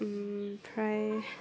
ओमफ्राय